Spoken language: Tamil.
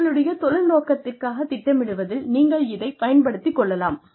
உங்களுடைய தொழில் நோக்கத்திற்காக திட்டமிடுவதில் நீங்கள் இதைப் பயன்படுத்திக் கொள்ளலாம்